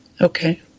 okay